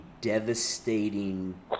devastating